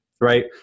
right